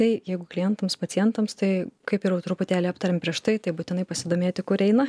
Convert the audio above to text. tai jeigu klientams pacientams tai kaip jau ir truputėlį aptarėm prieš tai būtinai pasidomėti kur eina